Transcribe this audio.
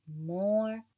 more